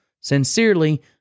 Sincerely